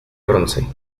bronce